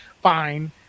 fine